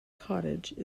cottage